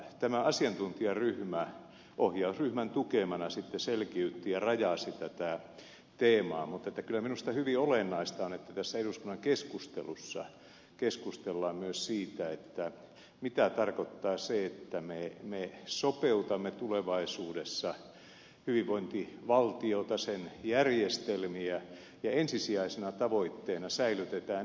tämä asiantuntijaryhmä ohjausryhmän tukemana sitten selkiytti ja rajasi tätä teemaa mutta kyllä minusta hyvin olennaista on että tässä eduskunnan keskustelussa keskustellaan myös siitä mitä tarkoittaa se että me sopeutamme tulevaisuudessa hyvinvointivaltiota sen järjestelmiä ja ensisijaisena tavoitteena säilytetään ihmisten hyvinvointi